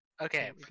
Okay